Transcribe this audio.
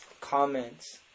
comments